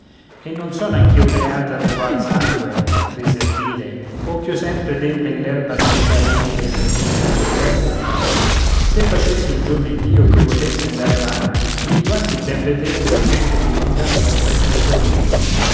e non sono anch'io creata d'egual sangue prese a dire o ch'io sempre debba in l'erba strisciar umile e servire la superba se facesse un giorno iddio ch'io potessi andare avanti tutti quanti ben vedrebbero che anch'io andar so per conto mio